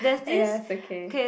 yes okay